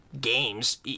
games